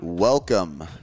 Welcome